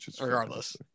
regardless